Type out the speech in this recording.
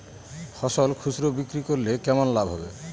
ফসল খুচরো বিক্রি করলে কেমন লাভ হবে?